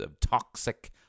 Toxic